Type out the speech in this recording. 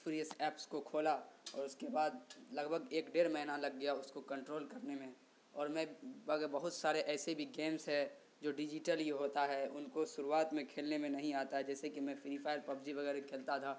پھر اس ایپس کو کھولا اور اس کے بعد لگ بھگ ایک ڈیڑھ مہینہ لگ گیا اس کو کنٹرول کرنے میں اور میں بہت سارے ایسے بھی گیمس ہے جو ڈیجیٹلی ہوتا ہے ان کو شروعات میں کھیلنے میں نہیں آتا ہے جیسے کہ میں فری فائر پبجی وغیرہ کھیلتا تھا